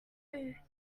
know